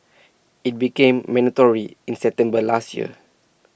IT became mandatory in September last year